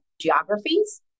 geographies